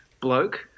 bloke